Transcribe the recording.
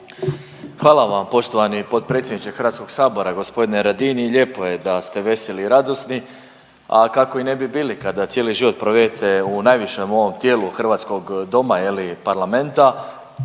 Hvala vam poštovani potpredsjedniče HS-a g. Radin i lijepo je da ste veseli i radosni, a kako i ne bi i bili kada cijeli život provedete u najvišem ovom tijelu hrvatskog doma Parlamenta